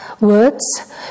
words